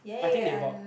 I think they bought